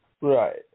right